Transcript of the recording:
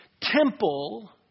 temple